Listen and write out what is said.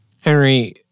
Henry